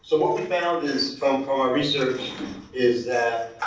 so what we found is. from from our research is that,